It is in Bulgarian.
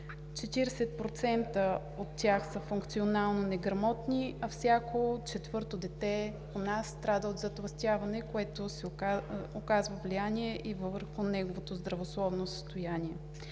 40% от тях са функционално неграмотни, а всяко четвърто дете у нас страда от затлъстяване, което оказва влияние и върху неговото здравословно състояние.